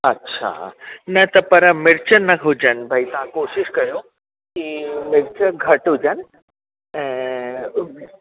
अच्छा न त पर मिर्च न हुजनि भाई तव्हां कोशिशि कयो कि मिर्च घटि हुजनि ऐं